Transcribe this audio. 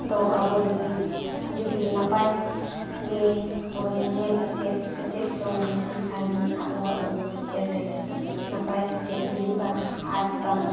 ᱫᱚ ᱟᱵᱚ ᱞᱟᱹᱜᱤᱫ ᱡᱩᱫᱤ ᱱᱟᱯᱟᱭ ᱜᱮ ᱵᱚᱱ ᱧᱮᱞ ᱪᱮᱫ ᱥᱮ ᱪᱮᱫ ᱡᱚᱝᱟ ᱮᱱᱠᱷᱟᱱ ᱟᱵᱚᱣᱟᱜ ᱵᱷᱚᱵᱤᱥᱥᱚ ᱨᱮ ᱱᱟᱯᱟᱭ ᱥᱮᱪᱮᱫ ᱦᱩᱭᱩᱜᱼᱟ ᱟᱨ ᱵᱟᱝ